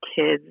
kids